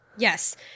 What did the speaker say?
Yes